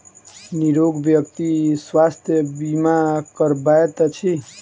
निरोग व्यक्ति स्वास्थ्य बीमा करबैत अछि